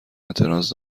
اعتراض